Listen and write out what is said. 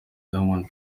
diamond